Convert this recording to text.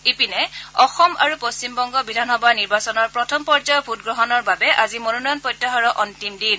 ইপিনে অসম আৰু পশ্চিমবংগ বিধানসভা নিৰ্বাচনৰ প্ৰথম পৰ্যায়ৰ ভোটগ্ৰহণৰ বাবে আজি মনোনয়ন প্ৰত্যাহাৰৰ অন্তিম দিন